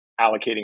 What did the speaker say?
allocating